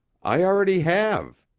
i already have.